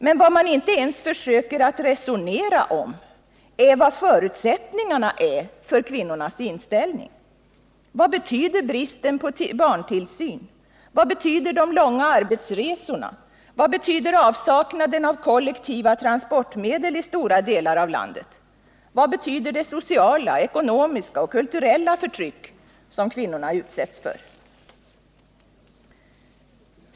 Men vad man inte ens gör ett försök att resonera om är vad förutsättningarna är för kvinnornas inställning. Vad betyder bristen på barntillsyn? Vad betyder de långa arbetsresorna? Vad betyder avsaknaden av kollektiva transportmedel i stora delar av landet? Vad betyder det sociala, ekonomiska och kulturella förtryck som kvinnorna utsätts för?